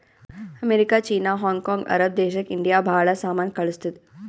America, China, Hong Kong, Arab ದೇಶಕ್ India ಭಾಳ ಸಾಮಾನ್ ಕಳ್ಸುತ್ತುದ್